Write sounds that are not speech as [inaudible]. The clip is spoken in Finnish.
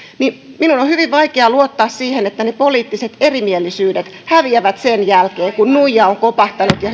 minun on hyvin vaikea luottaa siihen että ne poliittiset erimielisyydet häviävät sen jälkeen kun nuija on kopahtanut ja [unintelligible]